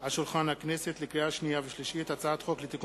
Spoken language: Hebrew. על שולחן הכנסת, לקריאה שנייה ולקריאה שלישית,